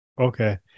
Okay